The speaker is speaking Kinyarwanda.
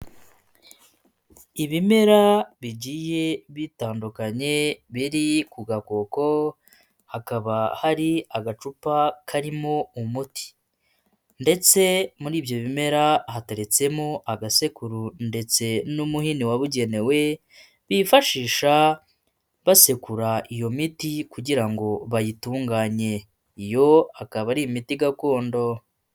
Ibimera bigiye bitandukanye biri ku gakoko, hakaba hari agacupa karimo umuti ndetse muri ibyo bimera hateretsemo agasekuru ndetse n'umuhini wabugenewe bifashisha basekura iyo miti kugira ngo bayitunganye iyo akaba ari imiti gakondo.